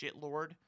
shitlord